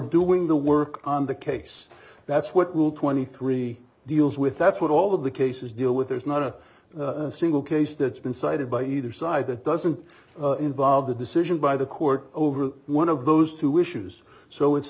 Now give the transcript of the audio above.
doing the work on the case that's what will twenty three deals with that's what all of the cases deal with there's not a single case that's been cited by either side that doesn't involve the decision by the court over one of those two issues so it's